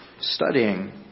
studying